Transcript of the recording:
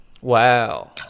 Wow